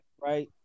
right